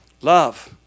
Love